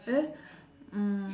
eh mm